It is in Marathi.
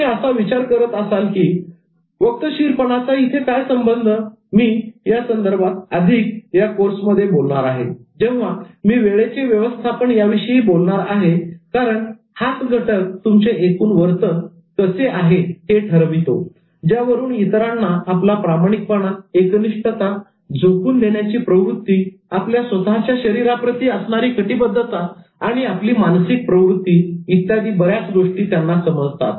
तुम्ही असा विचार करत असाल की वक्तशीरपणाचा इथे काय संबंध मी यासंदर्भात अधिक या कोर्समध्ये बोलणार आहे जेव्हा मी 'वेळेचे व्यवस्थापन' याविषयी बोलणार आहे कारण हाच घटक तुमचे एकूण वर्तन कसे आहे हे ठरवितो ज्यावरून इतरांना आपला प्रामाणिकपणा एकनिष्ठता झोकून देण्याची प्रवृत्ती आपल्या स्वतःच्या शरीराप्रती असणारी कटिबद्धता आणि आपली मानसिक प्रवृत्ती इत्यादी बऱ्याच गोष्टी त्यांना समजतात